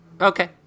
Okay